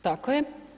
Tako je.